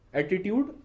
attitude